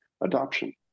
adoption